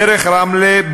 דרך רמלה,